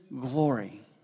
glory